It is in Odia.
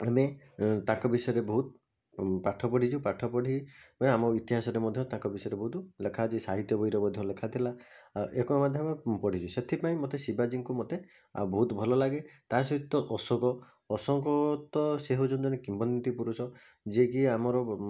ଆମେ ତାଙ୍କ ବିଷୟରେ ବହୁତ ପାଠ ପଢ଼ିଛୁ ପାଠ ପଢ଼ି ପୂରା ଆମ ଇତିହାସରେ ମଧ୍ୟ ତାଙ୍କ ବିଷୟରେ ବହୁତ ଲେଖା ଅଛି ସାହିତ୍ୟ ବହିରେ ମଧ୍ୟ ଲେଖାଥିଲା ଏକ ମାଧ୍ୟମ ମୁଁ ପଢ଼ିଛି ସେଥିପାଇଁ ମୋତେ ଶିବାଜୀଙ୍କୁ ମୋତେ ଆଉ ବହୁତ ଭଲ ଲାଗେ ତା' ସହିତ ଅଶୋକ ଅଶୋକ ତ ସେ ହେଉଛନ୍ତି ଜଣେ କିମ୍ବଦନ୍ତୀ ପୁରୁଷ ଯେ କି ଆମର